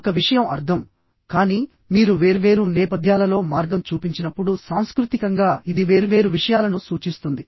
ఒక విషయం అర్థం కానీ మీరు వేర్వేరు నేపథ్యాలలో మార్గం చూపించినప్పుడు సాంస్కృతికంగా ఇది వేర్వేరు విషయాలను సూచిస్తుంది